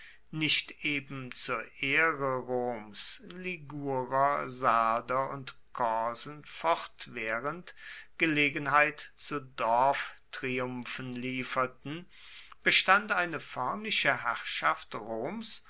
nicht eben zur ehre roms ligurer sarder und korsen fortwährend gelegenheit zu dorftriumphen lieferten bestand eine förmliche herrschaft roms